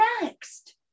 next